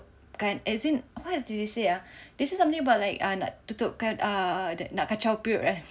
kan as in what do they say uh they said something about like err nak tutupkan err nak kacau periuk ah